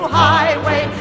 highway